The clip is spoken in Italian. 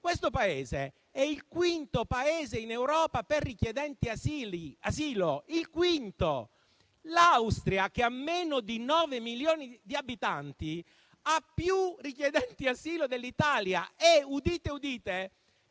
nostro è il quinto Paese in Europa per richiedenti asilo. L'Austria, che ha meno di 9 milioni di abitanti, ha più richiedenti asilo dell'Italia e - udite, udite